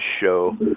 show